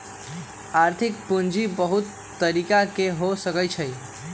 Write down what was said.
आर्थिक पूजी बहुत तरिका के हो सकइ छइ